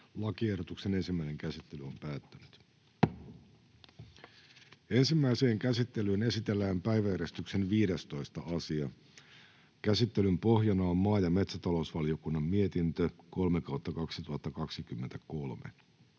ja 29 §:n muuttamisesta Time: N/A Content: Ensimmäiseen käsittelyyn esitellään päiväjärjestyksen 15. asia. Käsittelyn pohjana on maa- ja metsätalousvaliokunnan mietintö MmVM